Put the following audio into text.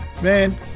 Man